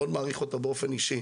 ואני מאוד מעריך אותו באופן אישי,